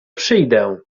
przyjdę